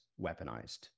weaponized